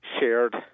shared